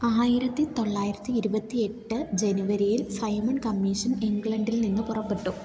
ആയിരത്തിതൊള്ളായിരത്തി ഇരുപത്തി എട്ട് ജനുവരിയിൽ സൈമൺ കമ്മീഷൻ ഇംഗ്ലണ്ടിൽ നിന്നു പുറപ്പെട്ടു